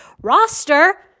roster